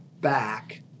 back